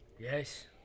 Yes